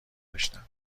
داشتم